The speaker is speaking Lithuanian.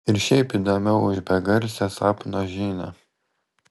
ir šiaip įdomiau už begarsę sapno žinią